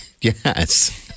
Yes